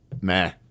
Meh